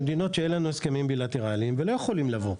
ממדינות שאין לנו איתן הסכמים בילטרליים והם לא יכולים לבוא,